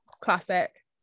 classic